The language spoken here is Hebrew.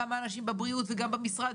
גם האנשים בבריאות וגם במשרד,